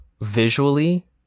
visually